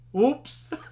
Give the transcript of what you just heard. oops